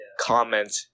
comment